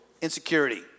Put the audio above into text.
insecurity